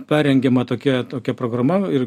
parengiama tokia tokia programa ir